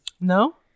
no